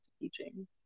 teaching